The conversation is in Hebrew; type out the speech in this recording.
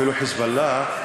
אפילו "חיזבאללה",